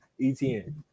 ETN